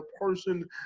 person